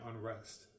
unrest